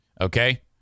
Okay